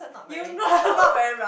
you have no